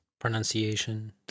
Pronunciation